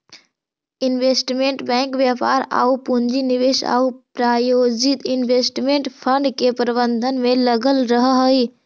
investment bank व्यापार आउ पूंजी निवेश आउ प्रायोजित इन्वेस्टमेंट फंड के प्रबंधन में लगल रहऽ हइ